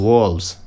Wolves